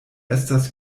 estas